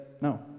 no